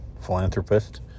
philanthropist